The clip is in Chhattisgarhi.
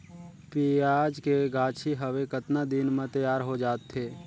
पियाज के गाछी हवे कतना दिन म तैयार हों जा थे?